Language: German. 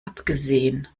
abgesehen